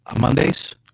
Mondays